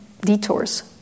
detours